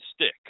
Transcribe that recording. stick